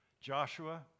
Joshua